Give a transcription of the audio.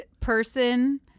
person